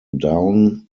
down